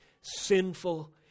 sinful